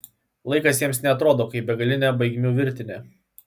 laikas jiems neatrodo kaip begalinė baigmių virtinė